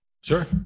Sure